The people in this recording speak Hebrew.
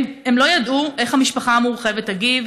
הם לא ידעו איך המשפחה המורחבת תגיב,